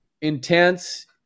Intense